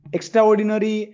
Extraordinary